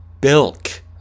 bilk